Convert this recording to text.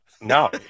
no